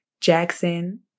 Jackson